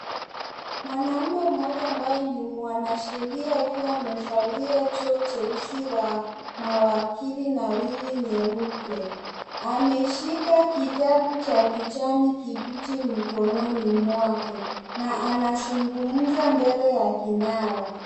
Mwanaume mmoja ambaye ni mwanasheria, akiwa amevalia joho jeusi la mawakili na wivi nyeupe. Ameshika kitabu cha kijani kibichi mkononi mwake na anazungumza mbele ya kinara.